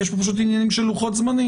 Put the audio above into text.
יש פשוט עניינים של לוחות-זמנים.